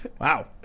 Wow